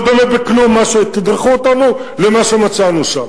לא דומה בכלום מה שתדרכו אותנו לבין מה שמצאנו שם.